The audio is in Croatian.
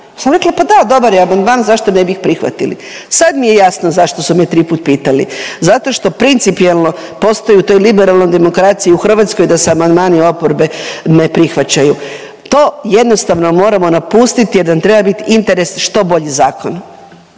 sam rekla pa da, dobar je amandman, zašto ne bih prihvatili? Sad mi je jasno zašto su me triput pitali, zato što principijelno postoji u toj liberalnoj demokraciji u Hrvatskoj da se amandmani oporbe ne prihvaćaju. To jednostavno moramo napustit jer nam treba bit interes što bolji zakon.